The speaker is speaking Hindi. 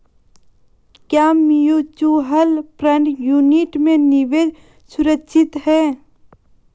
क्या म्यूचुअल फंड यूनिट में निवेश सुरक्षित है?